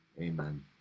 Amen